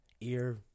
Ear